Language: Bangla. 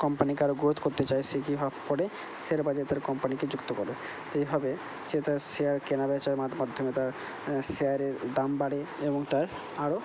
কোম্পানিকে আরো গ্রোথ করতে চায় সে কি করে শেয়ার বাজারে তার কোম্পানিকে যুক্ত করে এইভাবে সে তার শেয়ার কেনাবেচার মাধ্যমে তার শেয়ারের দাম বাড়ে এবং তার আরও